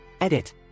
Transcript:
edit